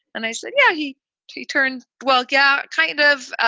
and i said, yeah. he he turned. well, yeah, kind of.